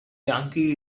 yankee